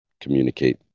communicate